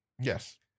yes